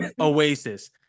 Oasis